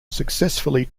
successfully